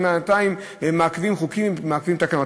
ובינתיים מעכבים חוקים ומעכבים תקנות.